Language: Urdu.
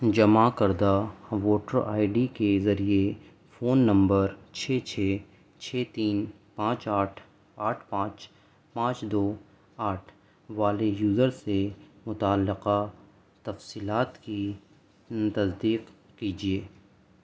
جمع کردہ ووٹر آئی ڈی کے ذریعے فون نمبر چھ چھ چھ تین پانچ آٹھ آٹھ پانچ پانچ دو آٹھ والے یوزر سے متعلقہ تفصیلات کی تصدیق کیجیے